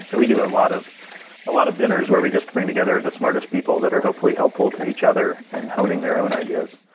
so we do a lot of lot of dinners, where we just bring together the smartest people that are hopefully helpful to each other in honing in their own ideas.